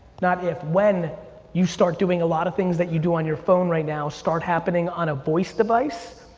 not if, when you start doing a lot of things that you do on your phone right now start happening on a voice device,